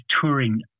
touring